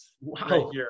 wow